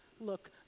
look